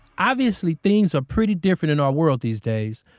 obviously things are pretty different in our world these days.